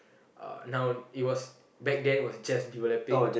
uh now it was back then it was just developing